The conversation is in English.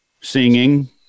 singing